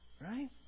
Right